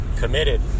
Committed